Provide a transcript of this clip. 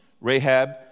Rahab